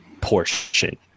portion